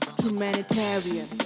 Humanitarian